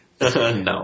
No